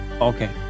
Okay